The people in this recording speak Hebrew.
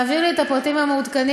תעביר לי את הפרטים המעודכנים,